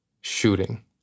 shooting